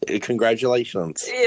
Congratulations